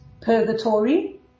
purgatory